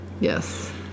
Yes